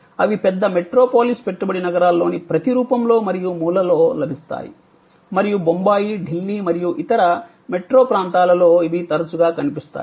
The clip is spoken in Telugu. అవి పెద్ద మెట్రోపాలిస్ పెట్టుబడి నగరాల్లోని ప్రతి రూపంలో మరియు మూలలో లభిస్తాయి మరియు బొంబాయి ఢిల్లీ మరియు ఇతర మెట్రో ప్రాంతాలలో ఇవి తరచుగా కనిపిస్తాయి